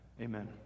amen